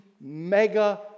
Mega